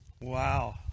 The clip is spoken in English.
Wow